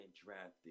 drafted